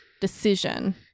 decision